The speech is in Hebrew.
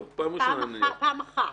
פעם אחת.